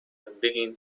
بگین